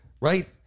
Right